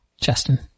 Justin